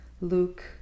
Luke